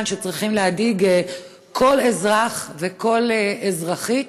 הכנסת שצריכים להדאיג כל אזרח וכל אזרחית,